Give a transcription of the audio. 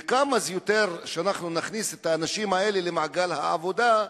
וכמה שיותר נכניס את האנשים האלה למעגל העבודה,